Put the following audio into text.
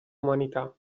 umanità